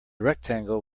rectangle